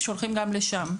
שולחים גם לשם.